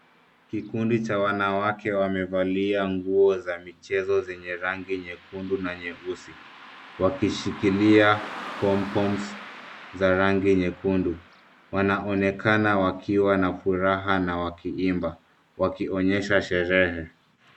Kikundi cha wanawake wamevalia nguo za michezo zenye rangi nyekundu na nyeusi, wakishikilia pompoms za rangi nyekundu. Wanaonekana wakiwa na furaha na wakiimba, wakionyesha sherehe.